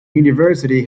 university